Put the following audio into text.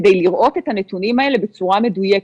כדי לראות את הנתונים האלה בצורה מדויקת,